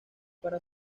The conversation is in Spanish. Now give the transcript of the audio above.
para